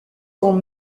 ten